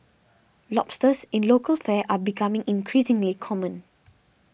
lobsters in local fare are becoming increasingly common